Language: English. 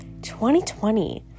2020